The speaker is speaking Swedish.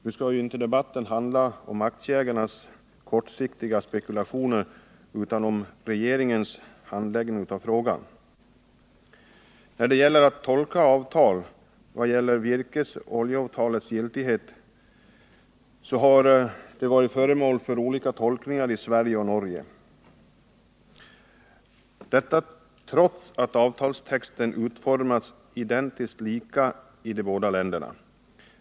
Nu skall emellertid debatten inte handla om aktieägarnas kortsiktiga spekulationer utan om regeringens handläggning av frågan. Virkesoch oljeavtalets giltighet har varit föremål för olika tolkningar i Sverige och i Norge, detta trots att avtalstexten utformats identiskt lika i de båda länderna.